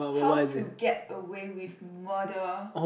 how to get away with murder